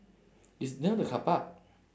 it's near the carpark